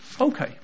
okay